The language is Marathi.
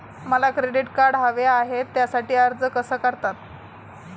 मला क्रेडिट कार्ड हवे आहे त्यासाठी अर्ज कसा करतात?